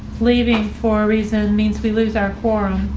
leaving for reason means we lose our quorum.